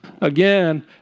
Again